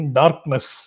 darkness